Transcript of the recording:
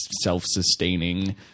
self-sustaining